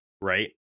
Right